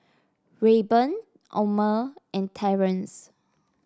Rayburn Omer and Terence